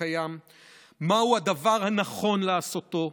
מהו הדבר הנכון לעשותו.